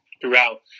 throughout